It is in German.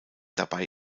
dabei